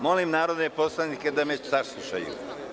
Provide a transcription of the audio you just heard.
Molim narodne poslanike da me saslušaju.